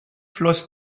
floss